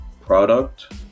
product